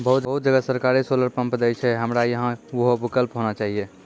बहुत जगह सरकारे सोलर पम्प देय छैय, हमरा यहाँ उहो विकल्प होना चाहिए?